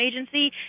Agency